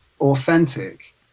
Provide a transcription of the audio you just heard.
authentic